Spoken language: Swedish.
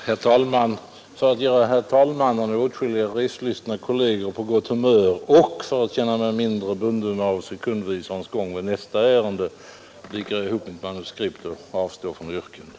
Herr talman! För att göra herr talmannen och åtskilliga reslystna kolleger på gott humör och för att känna mig mindre bunden av sekundvisarens gång vid behandlingen av nästa ärende viker jag ihop mitt manuskript och avstår från yrkande.